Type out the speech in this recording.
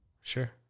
sure